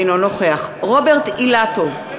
בעד רוברט אילטוב,